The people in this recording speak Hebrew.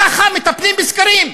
ככה מטפלים בסקרים.